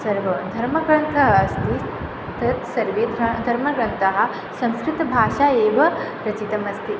सर्व धर्मग्रन्थः अस्ति तत् सर्वेभ्य धर्मग्रन्थाः संस्कृतभाषया एव रचितमस्ति